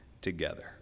together